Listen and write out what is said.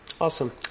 Awesome